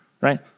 right